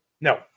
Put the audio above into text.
No